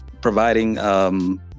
providing